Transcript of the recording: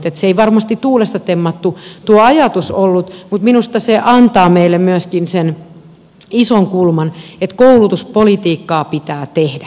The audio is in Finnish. se ei varmasti tuulesta temmattu tuo ajatus ollut mutta minusta se antaa meille myöskin sen ison kulman että koulutuspolitiikkaa pitää tehdä